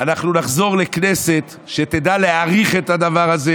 אנחנו נחזור לכנסת שתדע להעריך את הדבר הזה